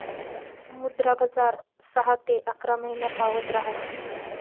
मुद्रा बजार सहा ते अकरा महिनापावत ऱहास